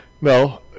No